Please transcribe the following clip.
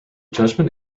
judgement